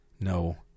no